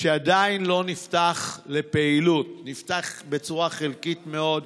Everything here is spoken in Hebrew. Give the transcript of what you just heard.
עדיין לא נפתח לפעילות, נפתח בצורה חלקית מאוד.